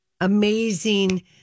amazing